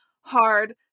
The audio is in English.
hard